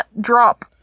drop